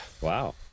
wow